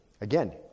again